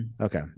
Okay